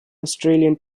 australian